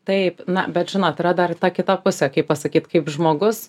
taip na bet žinot yra dar ir ta kita pusė kaip pasakyt kaip žmogus